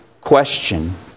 question